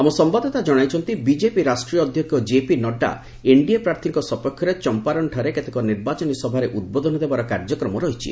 ଆମ ସମ୍ଭାଦଦାତା ଜଣାଇଛନ୍ତି ବିଜେପି ରାଷ୍ଟ୍ରୀୟ ଅଧ୍ୟକ୍ଷ କେପି ନଡ୍ରା ଏନ୍ଡିଏ ପ୍ରାର୍ଥୀଙ୍କ ସପକ୍ଷରେ ଚମ୍ପାରନ୍ଠାରେ କେତେକ ନିର୍ବାଚନୀ ସଭାରେ ଉଦ୍ବୋଧନ ଦେବାର କାର୍ଯ୍ୟକ୍ରମ ରହିଛି